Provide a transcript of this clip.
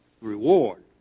Reward